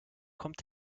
kommt